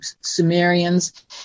Sumerians